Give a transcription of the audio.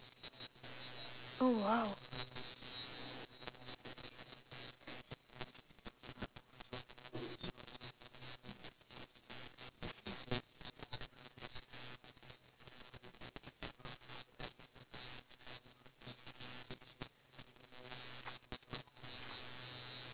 oh !wow!